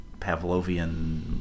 pavlovian